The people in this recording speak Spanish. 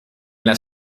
las